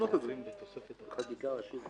שהוא מתייחס,